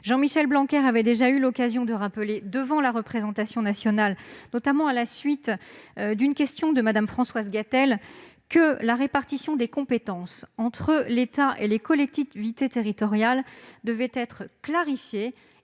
Jean-Michel Blanquer avait eu l'occasion de le rappeler devant la représentation nationale, notamment à la suite d'une question de Mme Françoise Gatel : la répartition des compétences entre l'État et les collectivités territoriales devait être clarifiée